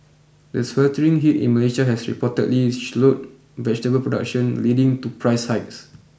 the sweltering heat in Malaysia has reportedly slowed vegetable production leading to price hikes